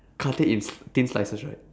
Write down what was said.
cut it in sl~ thin slices right